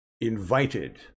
invited